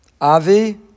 Avi